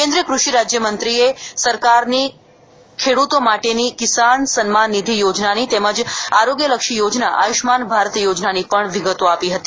કેન્દ્રિય કૃષિ રાજ્યમંત્રી સરકારની ખેડૂતો માટેની કિસાન સન્માન નિધિ યોજનાની તેમજ આરોગ્યલક્ષી યોજના આયુષ્યમાન ભારત યોજનાની પણ વિગતો આપી હતી